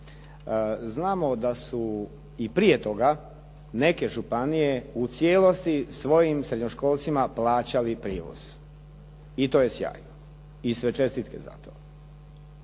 znamo da su i prije toga neke županije u cijelosti svojim srednjoškolcima plaćali prijevoz i to je jasno, i sve čestitke za to.